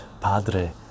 Padre